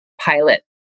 pilot